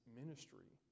ministry